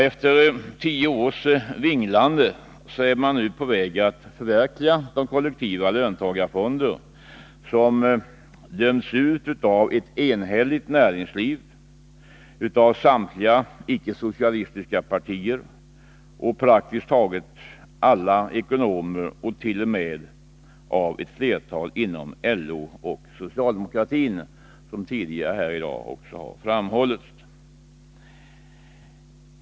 Efter tio års vinglande är man nu på väg att förverkliga de kollektiva löntagarfonder som döms ut av ett enhälligt näringsliv, av samtliga icke-socialistiska partier, av praktiskt taget alla ekonomer och — vilket har framhållits tidigare under debatten — t.o.m. av ett flertal inom LO och socialdemokratin.